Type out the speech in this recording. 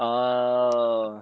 oh